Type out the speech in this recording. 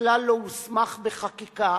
שכלל לא הוסמך בחקיקה